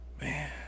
man